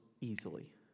easily